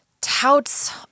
touts